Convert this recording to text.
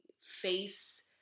face